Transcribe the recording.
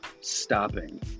stopping